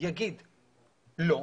יגיד 'לא',